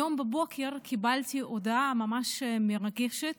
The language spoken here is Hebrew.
היום בבוקר קיבלתי הודעה ממש מרגשת